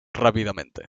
rápidamente